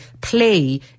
play